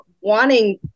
wanting